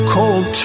Cold